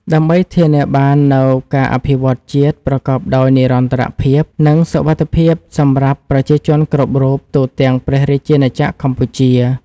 ដើម្បីធានាបាននូវការអភិវឌ្ឍជាតិប្រកបដោយនិរន្តរភាព និងសុវត្ថិភាពសម្រាប់ប្រជាជនគ្រប់រូបទូទាំងព្រះរាជាណាចក្រកម្ពុជា។